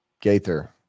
Gaither